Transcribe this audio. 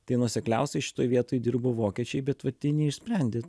tai nuosekliausiai šitoj vietoj dirbo vokiečiai bet vat jie neišsprendė